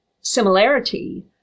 similarity